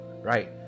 Right